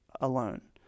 alone